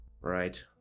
Right